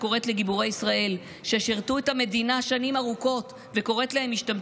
שקוראת לגיבורי ישראל ששירתו את המדינה שנים ארוכות "משתמטים",